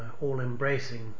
all-embracing